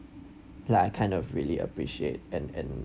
like I kind of really appreciate and and